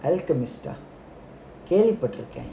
alchemist ah கேள்வி பட்டுருக்கேன்:kelvi patturukkaen